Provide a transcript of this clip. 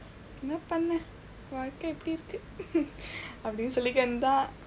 என்ன பண்ண வாழ்க்கை இப்படி இருக்கு அப்படி சொல்லுகிறது தான்:enna panna vaazhkai ippadi irukku appadi sollukirathu thaan